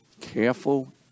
careful